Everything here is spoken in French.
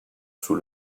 sous